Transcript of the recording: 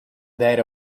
that